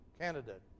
candidate